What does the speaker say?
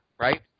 right